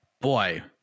boy